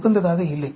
உகந்ததாக இல்லை